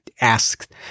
asked